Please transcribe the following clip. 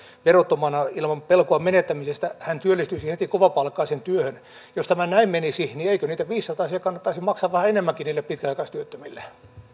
verottomana ilman pelkoa menettämisestä hän työllistyisi heti kovapalkkaiseen työhön jos tämä näin menisi niin eikö niitä viisisatasia kannattaisi maksaa vähän enemmänkin niille pitkäaikaistyöttömille